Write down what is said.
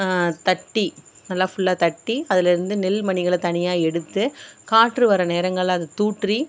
தட்டி நல்லா ஃபுல்லாக தட்டி அதுலேருந்து நெல் மணிகளை தனியாக எடுத்து காற்று வர நேரங்களில் அதை தூற்றி